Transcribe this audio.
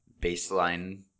baseline